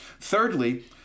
Thirdly